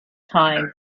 time